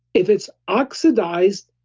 if it's oxidized,